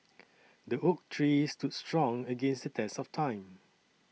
the oak tree stood strong against the test of time